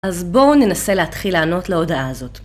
אז בואו ננסה להתחיל לענות להודעה הזאת.